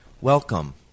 welcome